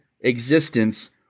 existence